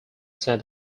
sent